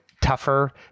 tougher